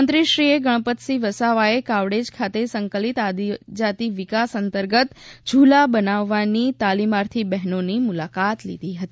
મંત્રીશ્રી ગણપતસિંહ વસાવાએ કાવડેજ ખાતે સંકલિત આદિજાતિ વિકાસ અંતર્ગત ઝુલા બનાવવાની તાલિમાર્થી બહેનોની મુલાકાત લીધી હતી